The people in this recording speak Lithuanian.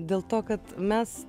dėl to kad mes